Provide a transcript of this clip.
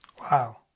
Wow